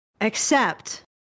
accept